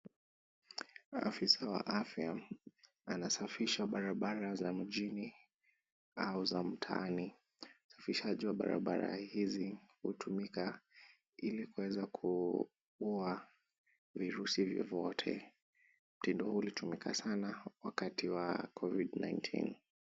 Afisa wa afya anasafisha barabara za mjini au za mtaani. Usafishaji wa barabara hizi hutumika ili kuweza kuuza virusi vyovyote. Mtindo huu ulitumika sana wakati wa [cs)Covid-19 .